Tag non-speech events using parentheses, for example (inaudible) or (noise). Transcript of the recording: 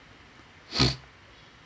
(noise)